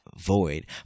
void